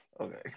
Okay